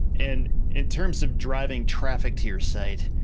and in terms of driving traffic to your site,